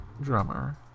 Drummer